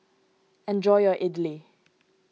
enjoy your Idili